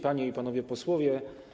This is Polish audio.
Panie i Panowie Posłowie!